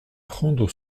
prendre